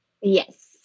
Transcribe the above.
Yes